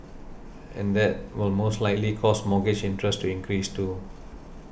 and that will most likely cause mortgage interest to increase too